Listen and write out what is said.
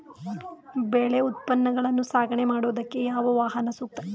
ಬೆಳೆ ಉತ್ಪನ್ನಗಳನ್ನು ಸಾಗಣೆ ಮಾಡೋದಕ್ಕೆ ಯಾವ ವಾಹನ ಸೂಕ್ತ?